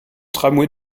tramway